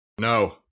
No